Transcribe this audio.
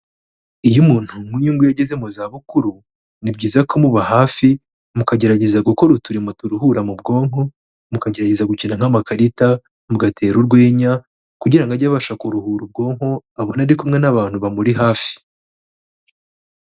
Iyo umuntu nk'uyu nguyu ugeze mu zabukuru, ni byiza kumuba hafi, mukagerageza gukora uturimo turuhura mu bwonko, mukagerageza gukina nk'amakarita, mugatera urwenya kugira ngo age abasha kuruhura ubwonko, abona ari kumwe n'abantu bamuri hafi.